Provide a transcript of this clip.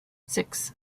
six